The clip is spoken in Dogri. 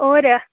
होर